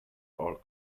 are